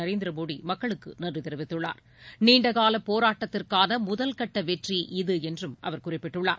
நரேந்திர மோதி மக்களுக்கு நன்றி தெரிவித்துள்ளார் நீண்ட கால போராட்டத்திற்கான முதல்கட்ட வெற்றி இது என்றும் அவர் குறிப்பிட்டுள்ளார்